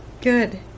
good